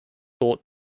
thought